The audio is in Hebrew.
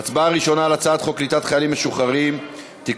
ההצבעה הראשונה היא על הצעת חוק קליטת חיילים משוחררים (תיקון,